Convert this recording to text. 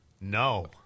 No